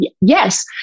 Yes